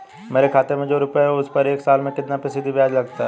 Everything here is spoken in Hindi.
मेरे खाते में जो रुपये हैं उस पर एक साल में कितना फ़ीसदी ब्याज लगता है?